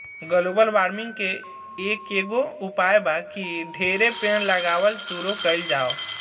global warming के एकेगो उपाय बा की ढेरे पेड़ लगावल शुरू कइल जाव